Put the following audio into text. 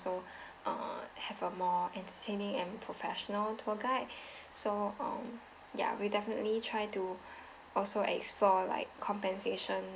also uh have a more entertaining and professional tour guide so um yeah we'll definitely try to also explore like compensation